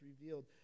revealed